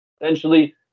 Essentially